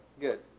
good